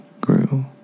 grew